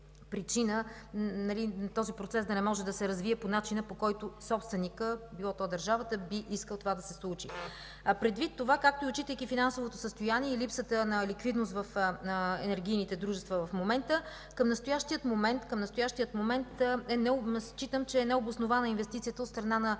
този процес да не може да се развие по начина, по който собственикът – било то държавата, би искал това да се случи. (Председателят дава сигнал, че времето е изтекло.) Предвид това, както и отчитайки финансовото състояние и липсата на ликвидност в енергийните дружества в момента, към настоящия момент считам, че е необоснована инвестицията от страна на